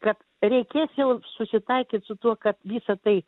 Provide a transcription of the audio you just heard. kad reikės jau susitaikyt su tuo kad visa tai